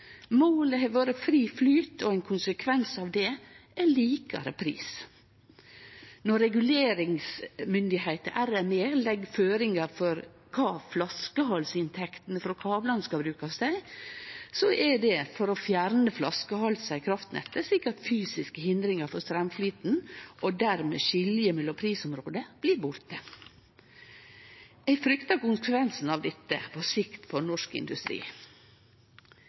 Målet har vore fri flyt, og ein konsekvens av det er likare pris. Når reguleringsmyndigheita legg føringar for kva flaskehalsinntektene frå kablane skal brukast til, er det for å fjerne flaskehalsar i kraftnettet slik at fysiske hindringar for straumflyten og dermed skilje mellom prisområde blir borte. Eg fryktar konsekvensen av dette på sikt for norsk industri.